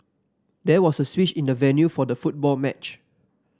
there was a switch in the venue for the football match